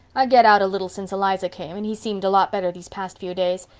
i get out a little since eliza came and he's seemed a lot better these past few days,